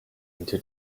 into